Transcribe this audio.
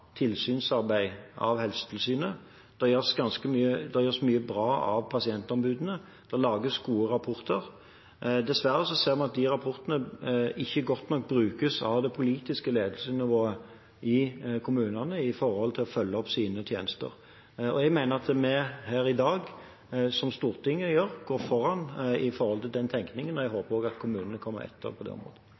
tilsynsarbeid av Helsetilsynet. Det gjøres mye bra av pasientombudene, og det lages gode rapporter. Dessverre ser vi at de rapportene ikke brukes godt nok av det politiske ledelsesnivået i kommunene når det gjelder å følge opp sine tjenester. Jeg mener at vi, med det som Stortinget gjør i dag, går foran når det gjelder den tenkningen, og jeg håper at kommunene følger etter på dette området.